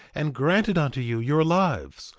and granted unto you your lives,